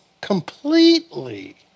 completely